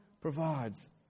provides